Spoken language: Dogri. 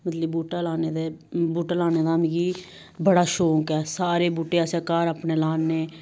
मतलब कि बूहटा लाने दा बूहटा लाने दा मिकी बड़ा शौंक ऐ सारे बूह्टे अस घर अपने लान्ने